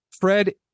Fred